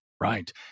right